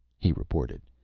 he reported.